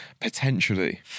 Potentially